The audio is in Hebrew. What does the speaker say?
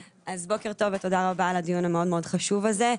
בוקר טוב ותודה רבה על הדיון המאוד חשוב הזה.